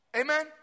Amen